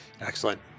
Excellent